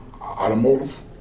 Automotive